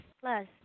plus